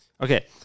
Okay